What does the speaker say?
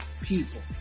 people